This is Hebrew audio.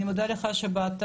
אני מודה לך שבאת,